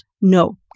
no